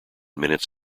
minutes